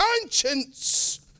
conscience